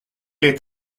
est